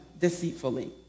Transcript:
deceitfully